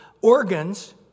organs